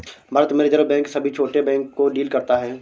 भारत में reserve bank सभी छोटे बैंक को डील करता है